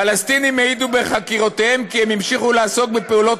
פלסטינים העידו בחקירותיהם כי הם המשיכו לעסוק בפעולות